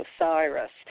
Osiris